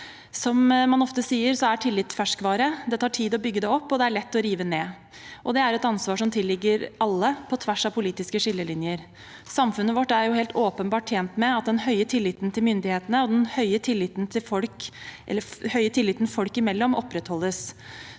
Som man ofte sier, er tillit ferskvare: Det tar tid å bygge det opp, og det er lett å rive ned. Dette er et ansvar som tilligger alle, på tvers av politiske skillelinjer. Samfunnet vårt er helt åpenbart tjent med at den høye tilliten til myndighetene og den høye tilliten folk imellom opprettholdes.